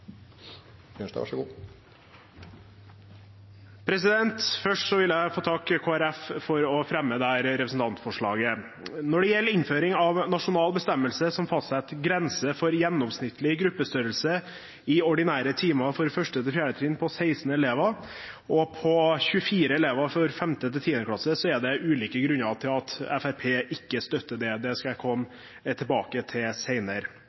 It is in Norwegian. Først vil jeg få takke Kristelig Folkeparti for å fremme dette representantforslaget. Når det gjelder innføring av en nasjonal bestemmelse som fastsetter en grense på 16 elever for gjennomsnittlig gruppestørrelse i ordinære timer for 1.–4. trinn og 24 elever for 5.–10. klasse, er det ulike grunner til at Fremskrittspartiet ikke støtter dette. Det skal jeg komme tilbake til